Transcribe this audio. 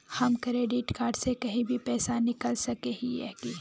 हम credit card से कहीं भी पैसा निकल सके हिये की?